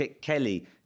Kelly